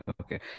okay